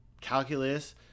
calculus